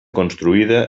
construïda